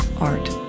Art